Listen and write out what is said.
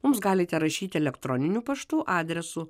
mums galite rašyti elektroniniu paštu adresu